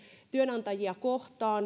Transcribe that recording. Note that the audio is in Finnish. työnantajia kohtaan